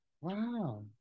Wow